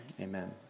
amen